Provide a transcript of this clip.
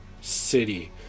city